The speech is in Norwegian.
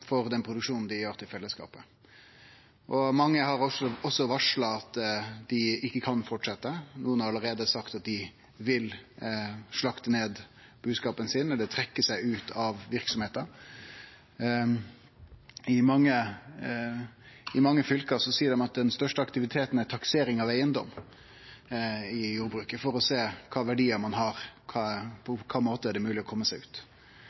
for den produksjonen dei gjer for fellesskapet. Mange har også varsla at dei ikkje kan fortsetje; nokon har allereie sagt at dei vil slakte ned buskapen sin eller trekkje seg ut av verksemda. I mange fylke seier dei at den største aktiviteten er taksering av eigedom i jordbruket, for å sjå kva verdiar ein har, og på kva måte det er mogleg å kome seg ut.